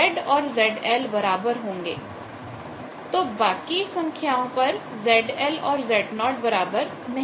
और बाकी सारी संख्याओं पर ZL ≠ Z0 होंगे